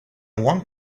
want